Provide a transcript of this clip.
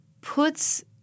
puts